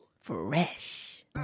fresh